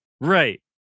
right